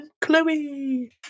Chloe